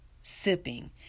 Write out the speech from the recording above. sipping